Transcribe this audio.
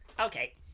okay